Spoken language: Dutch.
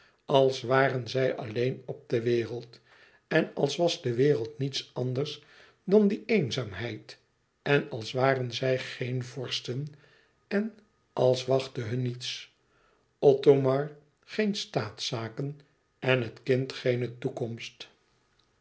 als waren zij alleen op de wereld en als was de wereld niets anders dàn die eenzaamheid en als waren zij geen vorsten en als wachtte hun niets othomar